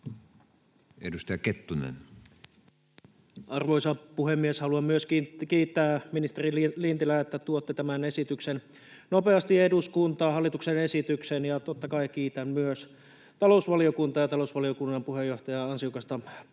Edustaja Kettunen. Arvoisa puhemies! Haluan myöskin kiittää ministeri Lintilää, että tuotte tämän hallituksen esityksen nopeasti eduskuntaan. Ja totta kai kiitän myös talousvaliokuntaa ja talousvaliokunnan puheenjohtajan ansiokasta